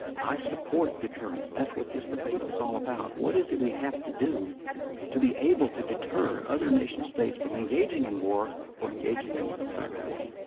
i support deterrence. that's what this debate is all about. what is it we have to do to be able to deter other nation states from engaging in war or engaging in cyber war?